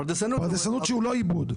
פרדסנות שהוא לא עיבוד.